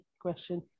question